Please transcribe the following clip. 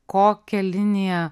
kokią liniją